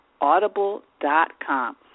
Audible.com